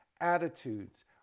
attitudes